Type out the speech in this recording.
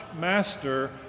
master